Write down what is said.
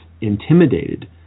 intimidated